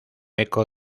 eco